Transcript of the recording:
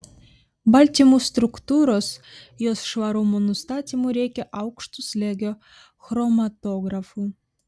baltymų struktūros jos švarumo nustatymui reikia aukšto slėgio chromatografų